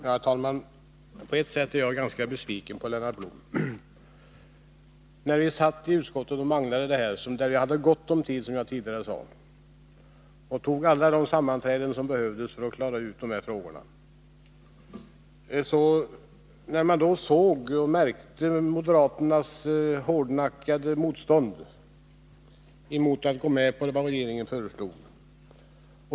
Herr talman! På ett sätt är jag ganska besviken på Lennart Blom. När vi i utskottet manglade dessa frågor, hade vi gott om tid, som jag tidigare sade. Vi sammanträdde de gånger som behövdes för att klara ut dessa frågor. Då märktes moderaternas hårdnackade motstånd mot att gå med på vad regeringen föreslog.